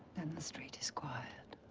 then the street is quiet.